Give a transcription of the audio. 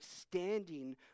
standing